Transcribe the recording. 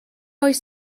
oes